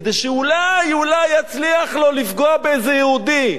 כדי שאולי, אולי, יצליח לו לפגוע באיזה יהודי.